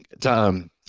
time